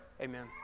Amen